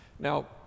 Now